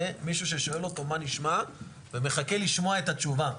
זה מישהו ששואל אותו מה נשמע ומחכה לשמוע את התשובה.